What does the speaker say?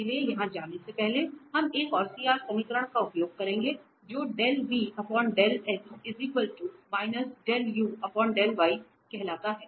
इसलिए यहां जाने से पहले हम एक और CR समीकरण का उपयोग करेंगे जो कहता है